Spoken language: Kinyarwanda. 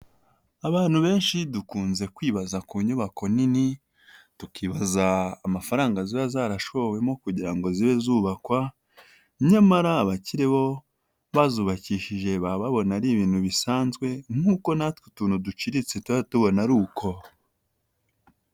Abantu benshi dukunze kwibaza ku nyubako nini, tukibaza amafaranga ziba zarashowemo kugira ngo zibe zubakwa, nyamara abakire bo bazubakishije baba babona ari ibintu bisanzwe nkuko natwe utuntu duciriritse tuba tubona ari uko.